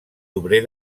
obrer